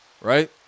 right